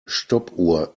stoppuhr